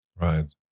Right